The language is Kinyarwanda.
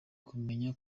kumenya